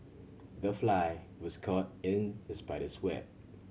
the fly was caught in the spider's web